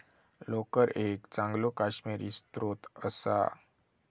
लोकर एक चांगलो काश्मिरी स्त्रोत असा